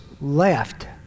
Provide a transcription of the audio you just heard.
left